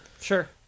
Sure